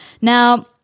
Now